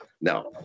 now